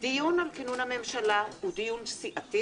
דיון על כינון הממשלה הוא דיון סיעתי,